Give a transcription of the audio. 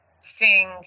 sing